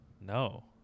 No